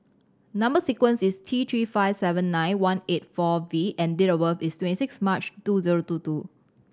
number sequence is T Three five seven nine one eight four V and date of birth is twenty six March two zero two two